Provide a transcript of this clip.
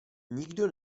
nikdo